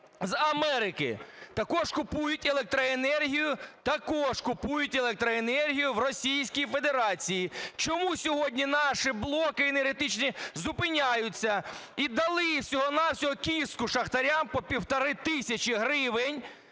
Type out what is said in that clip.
з Америки? Також купують електроенергію – також купують електроенергію! – в Російській Федерації. Чому сьогодні наші блоки енергетичні зупиняються? І дали всього-на-всього "кістку" шахтарям по півтори тисячі гривень